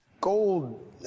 Gold